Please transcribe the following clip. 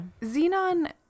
Xenon